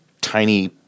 tiny